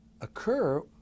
occur